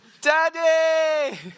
Daddy